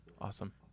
Awesome